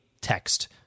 text